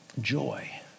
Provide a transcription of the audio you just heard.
joy